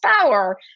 power